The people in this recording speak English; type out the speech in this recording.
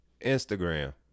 Instagram